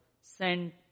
sent